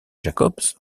jacobs